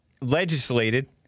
legislated